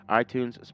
iTunes